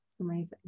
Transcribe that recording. Amazing